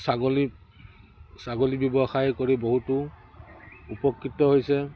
ছাগলী ছাগলী ব্যৱসায় কৰি বহুতো উপকৃত হৈছে